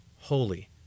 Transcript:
holy